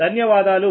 ధన్యవాదాలు